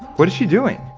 what is she doing?